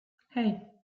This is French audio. hey